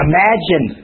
Imagine